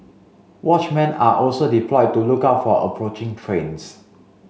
watchmen are also deployed to look out for approaching trains